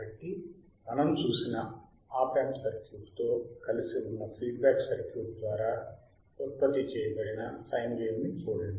కాబట్టి మనం చూసిన ఆప్ యాంప్ సర్క్యూట్తో కలిసి ఉన్న ఫీడ్ బ్యాక్ సర్క్యూట్ ద్వారా ఉత్పత్తి చేయబడిన సైన్ వేవ్ ని చూడండి